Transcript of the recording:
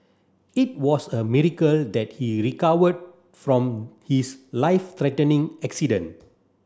it was a miracle that he recovered from his life threatening accident